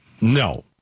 No